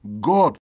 God